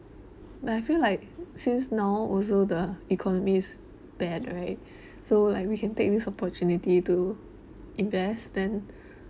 but I feel like since now also the economy is bad right so like we can take this opportunity to invest then